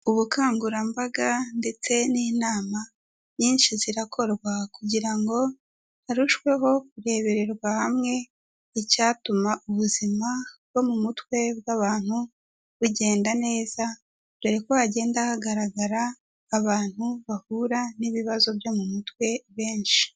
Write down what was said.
Ubukangurambaga ndetse n'inama nyinshi, zirakorwa kugira ngo arusheho kurebererwa hamwe icyatuma ubuzima bwo mu mutwe bw'abantu bugenda neza, dore ko hagenda hagaragara abantu bahura n'ibibazo byo mu mutwe benshi.